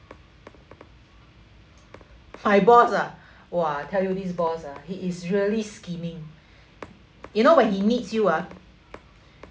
my boss ah !wah! I tell you this boss ah he is really scheming you know when he needs you ah